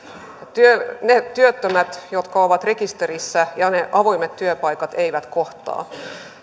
ne työttömät jotka ovat rekisterissä ja ne avoimet työpaikat eivät kohtaa